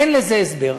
אין לזה הסבר.